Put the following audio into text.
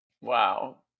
Wow